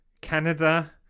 Canada